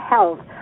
Health